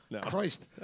Christ